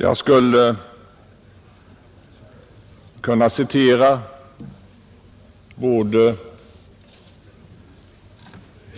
Jag skulle kunna citera